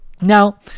Now